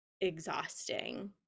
exhausting